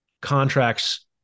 contracts